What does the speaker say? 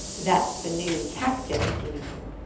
that's the new tactics, you know.